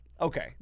Okay